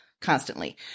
constantly